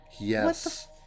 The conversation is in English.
Yes